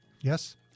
Yes